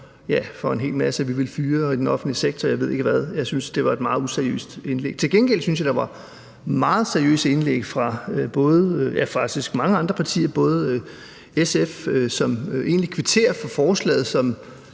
for en hel masse – at vi vil fyre i den offentlige sektor, og jeg ved ikke hvad. Jeg synes, det var et meget useriøst indlæg. Til gengæld synes jeg, der var meget seriøse indlæg fra faktisk mange andre partier, også fra SF, som egentlig kvitterer for forslaget, og